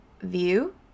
view